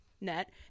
Net